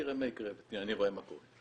תראה מה יקרה ואני רואה מה קורה.